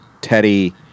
Teddy